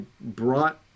brought